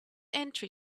entry